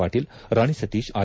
Patil Rani Satish R